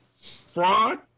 fraud